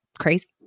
crazy